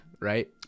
right